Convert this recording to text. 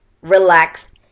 relax